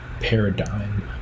Paradigm